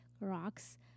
rocks